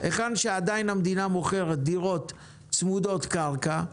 היכן שעדיין המדינה מוכרת דירות צמודות קרקע,